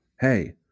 Hey